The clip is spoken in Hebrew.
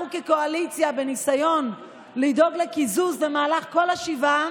אנחנו כקואליציה בניסיון לדאוג לקיזוז במהלך כל השבעה.